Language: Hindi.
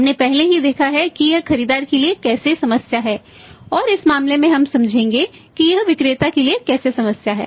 हमने पहले ही देखा है कि यह खरीदार के लिए कैसे समस्या है और इस मामले में हम समझेंगे कि यह विक्रेता के लिए कैसे समस्या है